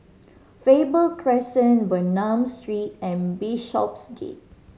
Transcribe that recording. Faber Crescent Bernam Street and Bishopsgate